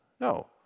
No